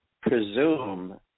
presume